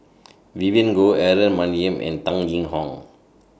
Vivien Goh Aaron Maniam and Tan Yee Hong